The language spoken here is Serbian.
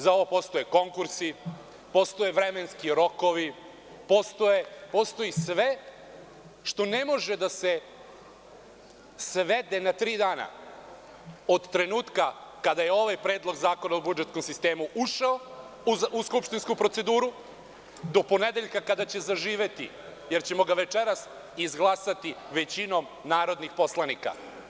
Za ovo postoje konkursi, postoje vremenski rokovi, postoji sve što ne može da se svede na tri dana od trenutka kada je ovaj Predlog zakona o budžetskom sistemu ušao u skupštinsku proceduru do ponedeljka kada će zaživeti, jer ćemo ga večeras izglasati većinom narodnih poslanika.